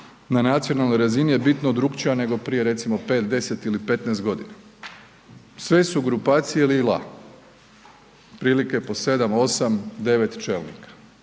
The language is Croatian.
na nacionalnoj razini je bitno drukčija nego prije recimo 5, 10 ili 15.g., sve su grupacije li-la, otprilike po sedam,